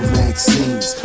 vaccines